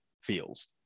feels